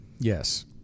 Yes